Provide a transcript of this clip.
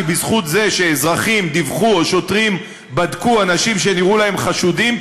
כי בזכות זה שאזרחים דיווחו או שוטרים בדקו אנשים שנראו להם חשודים,